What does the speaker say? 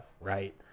right